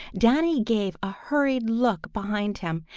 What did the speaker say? danny gave a hurried look behind him,